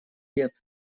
лет